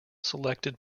selected